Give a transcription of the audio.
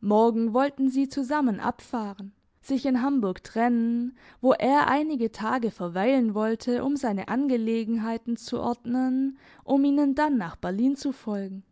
morgen wollten sie zusammen abfahren sich in hamburg trennen wo er einige tage verweilen wollte um seine angelegenheiten zu ordnen um ihnen dann nach berlin zu folgen